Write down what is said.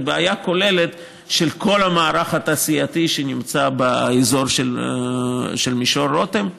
זו בעיה כוללת של כל המערך התעשייתי שנמצא באזור של מישור רותם,